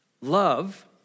Love